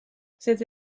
cette